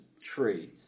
tree